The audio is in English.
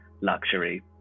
luxury